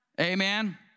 Amen